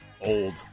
old